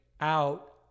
out